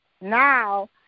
now